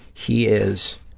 he is